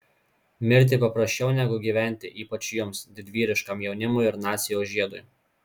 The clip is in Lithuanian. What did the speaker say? mirti paprasčiau negu gyventi ypač jums didvyriškam jaunimui ir nacijos žiedui